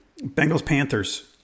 Bengals-Panthers